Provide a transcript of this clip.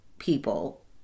people